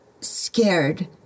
scared